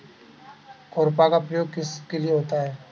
खुरपा का प्रयोग किस लिए होता है?